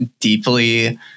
deeply